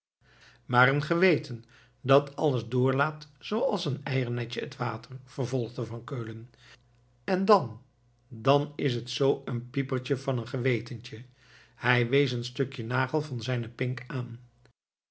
maar een geweten dat alles doorlaat zooals een eiernetje het water vervolgde van keulen en dan dan het is z een piepertje van een gewetentje hij wees een stukje nagel van zijne pink aan